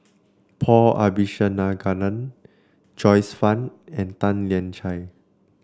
Paul Abisheganaden Joyce Fan and Tan Lian Chye